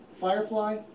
Firefly